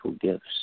gifts